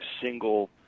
single